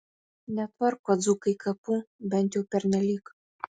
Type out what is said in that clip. netvarko dzūkai kapų bent jau pernelyg